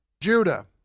Judah